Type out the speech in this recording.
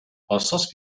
hassas